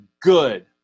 good